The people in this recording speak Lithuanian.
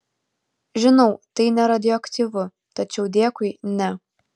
žinau tai neradioaktyvu tačiau dėkui ne